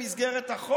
נוכח מצב החירום,